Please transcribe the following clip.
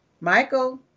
Michael